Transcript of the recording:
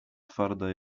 twarda